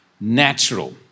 Natural